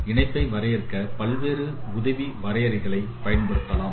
இணைப்பை வரையறுக்க பல்வேறு உதவி வரையறைகளை பயன்படுத்தலாம்